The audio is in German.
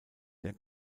der